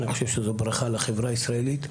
אני חושב שזו ברכה לחברה הישראלית.